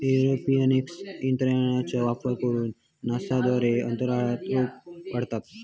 aeroponics तंत्रज्ञानाचो वापर करून नासा द्वारे अंतराळात रोपे वाढवतत